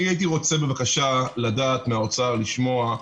אני הייתי רוצה לדעת מהאוצר, לשמוע,